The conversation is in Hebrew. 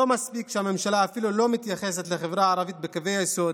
לא מספיק שהממשלה אפילו לא מתייחסת לחברה הערבית בקווי היסוד,